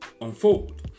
unfold